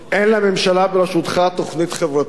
אין לממשלה בראשותך תוכנית חברתית,